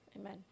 Amen